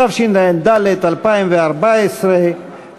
התשע"ד 2014,